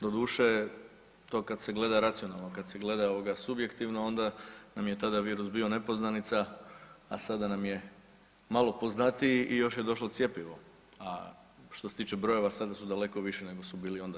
Doduše to kad se gleda racionalno, kad se gleda ovoga subjektivno onda nam je tada virus bio nepoznanica, a sada nam je malo poznatiji i još je došlo cjepivo, a što se tiče brojeva sada su daleko viši nego su bili onda.